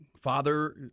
father